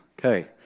Okay